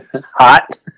Hot